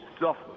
suffer